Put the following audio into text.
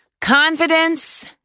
confidence